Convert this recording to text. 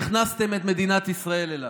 שהכנסתם את מדינת ישראל אליו.